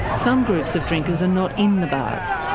some groups of drinkers are not in the bars.